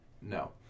no